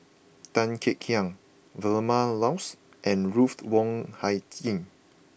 Tan Kek Hiang Vilma Laus and Ruthed Wong Hie King